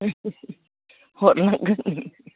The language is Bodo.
हरनांगोन